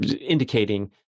indicating